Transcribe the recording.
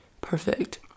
perfect